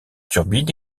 turbine